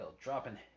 dropping